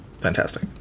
fantastic